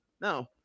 no